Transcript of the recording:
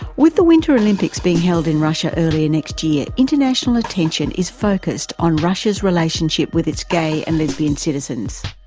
with the winter olympics being held in russia earlier next year, international attention is focus on russia's relationship with its gay and lesbian citizens.